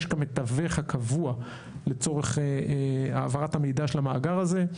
כמתווך הקבוע לצורך העברת המידע של המאגר הזה.